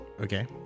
Okay